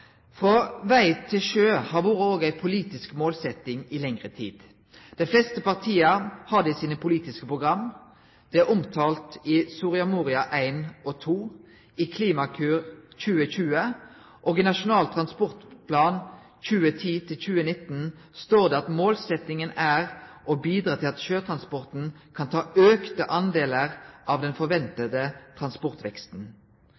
Frå veg til sjø har vore ei politisk målsetjing i lengre tid. Dei fleste partia har det i sine politiske program, det er omtalt i Soria Moria I og II, i Klimakur 2020, og i Nasjonal transportplan 2010–2019. Der står det: «Målsettingen er å bidra til at sjøtransporten kan ta økte andeler av den